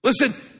Listen